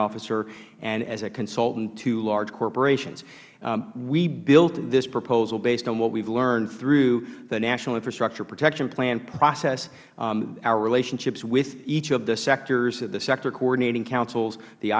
officer and as a consultant to large corporations we built this proposal based on what we have learned through the national infrastructure protection plan process our relationships with each of the sectors the sector coordinating councils the